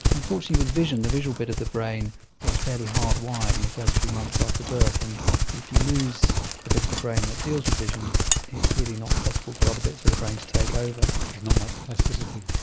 unfortunately with vision, the visual bit of the brain is fairly hardwired in the first few months after birth, and if you lose the bit of the brain that deals with vision it's really not possible for other bits of the brain to take over. there's not much plasticity.